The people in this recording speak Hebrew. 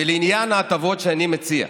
ולעניין ההטבות שאני מציע,